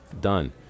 done